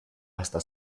hasta